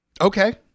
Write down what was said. Okay